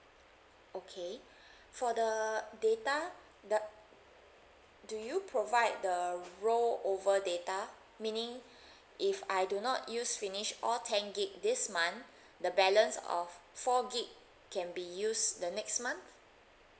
okay for the data the do you provide the roll over data meaning if I do not use finish all ten gig this month the balance of four gig can be used the next month